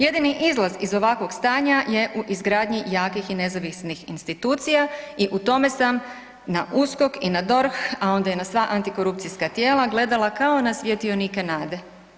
Jedini izlaz iz ovakvog stanja je u izgradnji jakih i nezavisnih institucija i u tome sam na USKOK i na DORH, a onda i na sva antikorupcijska tijela gledala kao na svjetionike nade.